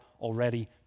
already